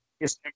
Yes